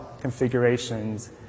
configurations